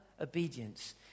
obedience